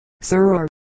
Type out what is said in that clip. sir